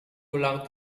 ulang